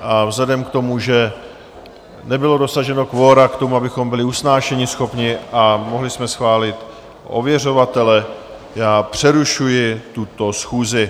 A vzhledem k tomu, že nebylo dosaženo kvora k tomu, abychom byli usnášeníschopní a mohli jsme schválit ověřovatele, přerušuji tuto schůzi.